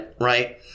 right